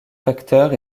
facteurs